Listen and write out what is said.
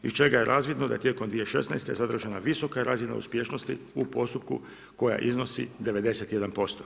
Iz čega je razvidno da je tijekom 2016. zadržana visoka razina uspješnosti u postupku koja iznosi 91%